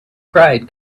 pride